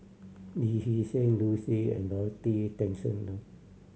Lee Hee Seng Liu Si and Dorothy Tessensohn